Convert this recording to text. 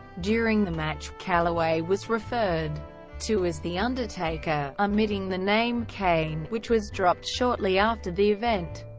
during the match, calaway was referred to as the undertaker, omitting the name kane, which was dropped shortly after the event.